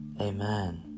Amen